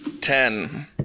Ten